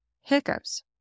hiccups